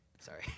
sorry